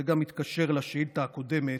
זה גם מתקשר לשאילתה הקודמת,